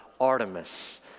Artemis